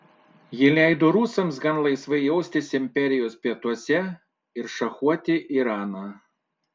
ji leido rusams gan laisvai jaustis imperijos pietuose ir šachuoti iraną